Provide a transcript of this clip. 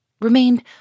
remained